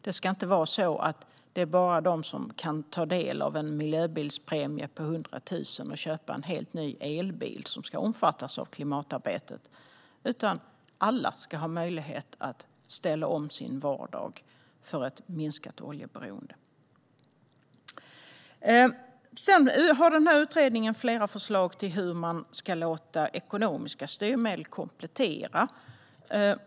Det ska inte bara vara de som kan ta del av en miljöbilspremie för 100 000 kronor för att köpa en helt ny elbil som ska omfattas av klimatarbetet, utan alla ska ha möjlighet att ställa om sin vardag för ett minskat oljeberoende. Utredningen har flera förslag till hur man ska låta ekonomiska styrmedel komplettera.